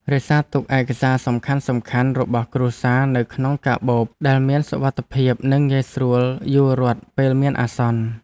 រក្សាទុកឯកសារសំខាន់ៗរបស់គ្រួសារនៅក្នុងកាបូបដែលមានសុវត្ថិភាពនិងងាយស្រួលយួររត់ពេលមានអាសន្ន។